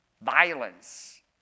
violence